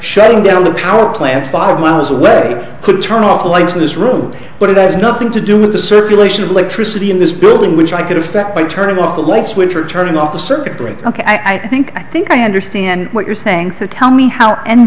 shutting down the power plant five miles away could turn off the lights in this room but it has nothing to do with the circulation of electricity in this building which i could affect by turning off the light switch or turning off the circuit breaker i think i think i understand what you're saying so tell me how